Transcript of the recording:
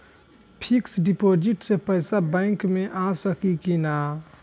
Fix deposit से पैसा bank मे आ सकी कि ना?